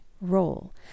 role